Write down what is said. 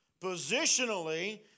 Positionally